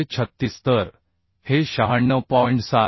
136 तर हे 96